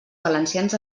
valencians